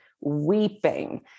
weeping